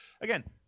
Again